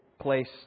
place